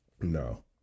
No